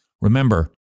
remember